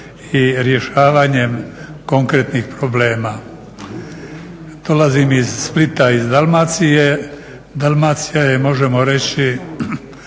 i rješavanjem konkretnih problema. Dolazim iz Splita iz Dalmacije, Dalmacija je možemo reći